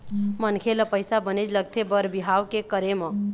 मनखे ल पइसा बनेच लगथे बर बिहाव के करे म